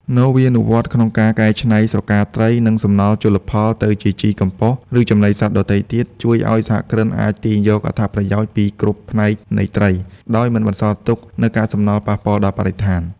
នវានុវត្តន៍ក្នុងការកែច្នៃស្រកាត្រី និងសំណល់ជលផលទៅជាជីកំប៉ុស្ត ឬចំណីសត្វដទៃទៀត ជួយឱ្យសហគ្រិនអាចទាញយកអត្ថប្រយោជន៍ពីគ្រប់ផ្នែកនៃត្រី ដោយមិនបន្សល់ទុកនូវកាកសំណល់ប៉ះពាល់ដល់បរិស្ថាន។